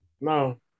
no